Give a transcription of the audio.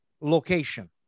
location